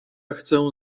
chcę